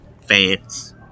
fans